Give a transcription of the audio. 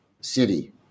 city